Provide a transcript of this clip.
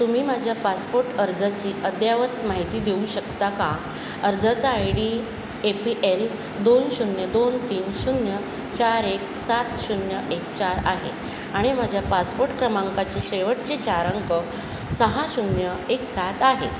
तुम्ही माझ्या पासपोर्ट अर्जाची अद्ययावत माहिती देऊ शकता का अर्जाचा I D A P L दोन शून्य दोन तीन शून्य चार एक सात शून्य एक चार आहे आणि माझ्या पासपोर्ट क्रमांकाचे शेवटचे चार अंक सहा शून्य एक सात आहे